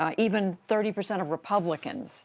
um even thirty percent of republicans